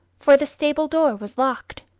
for the stable-door was locked.